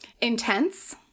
Intense